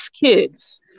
kids